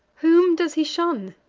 whom does he shun,